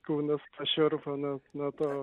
kūnas pašiurpo nuo nuo to